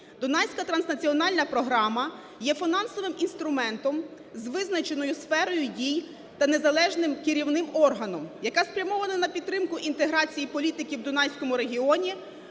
Дунайська транснаціональна програма є фінансовим інструментом з визначеною сферою дій та незалежним керівним органом, яка спрямована на підтримку інтеграції політики в Дунайському регіоні